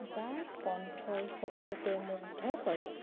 যাৰ কণ্ঠই সকলোকে মুগ্ধ কৰে